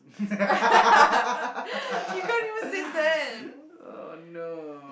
oh no